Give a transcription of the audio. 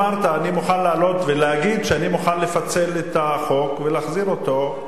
אמרת: אני מוכן לעלות ולהגיד שאני מוכן לפצל את החוק ולהחזיר אותו,